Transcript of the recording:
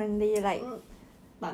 I think shana is clearly